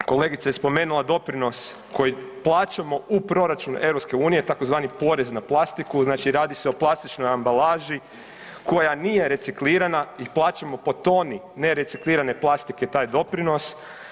Kolegica je spomenula doprinos koji plaćamo u proračun EU tzv. porez na plastiku, znači radi se o plastičnoj ambalaži koja nije reciklirana i plaćamo po toni nereciklirane plastike taj doprinos.